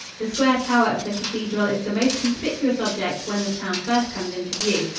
the square tower of the cathedral is the most conspicuous object when the town first comes into view.